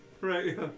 right